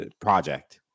project